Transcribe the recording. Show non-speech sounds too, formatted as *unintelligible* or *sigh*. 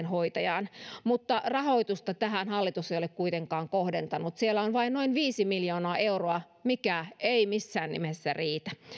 *unintelligible* hoitajaa mutta rahoitusta tähän hallitus ei ole kuitenkaan kohdentanut siellä on vain noin viisi miljoonaa euroa mikä ei missään nimessä riitä